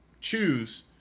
choose